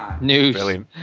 News